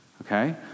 okay